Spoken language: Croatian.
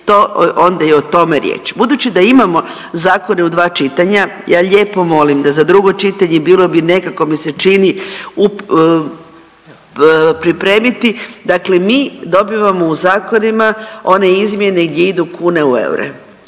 to onda je o tome riječ. Budući da imamo zakone u dva čitanja ja lijepo molim da za drugo čitanje bilo bi nekako mi se čini pripremiti, dakle mi dobivamo u zakonima one izmjene gdje idu kune u eure.